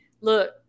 look